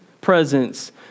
presence